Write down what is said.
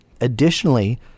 Additionally